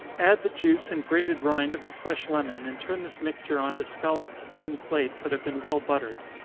add the juice and grated rind of a fresh lemon, and turn this mixture on to scolloped tin plates, that have been well buttered.